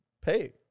pay